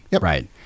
Right